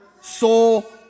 soul